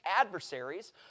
adversaries